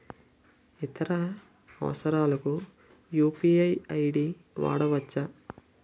ఇతర అవసరాలకు UPI ID వాడవచ్చా?